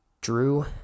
Drew